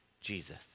Jesus